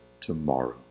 tomorrow